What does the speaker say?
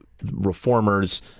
reformers